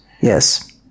yes